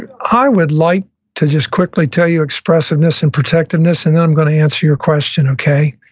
and i would like to just quickly tell you expressiveness and protectiveness, and then i'm going to answer your question. okay?